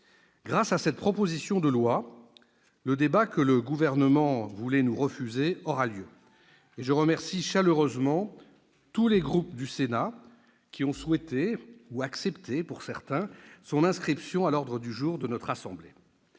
Grâce à cette proposition de loi, le débat que le Gouvernement voulait nous refuser aura lieu. Je remercie chaleureusement tous les groupes du Sénat qui ont souhaité ou accepté son inscription à l'ordre du jour de notre assemblée.